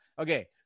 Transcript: Okay